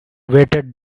weighted